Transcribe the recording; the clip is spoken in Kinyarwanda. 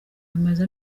bamaze